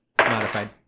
modified